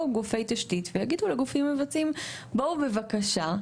גופו התשתית ויגידו לגופים המבצעים: ״בואו בבקשה,